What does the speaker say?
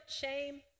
shame